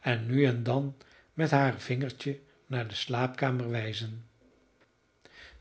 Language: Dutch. en nu en dan met haar vingertje naar de slaapkamer wijzen